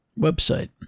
website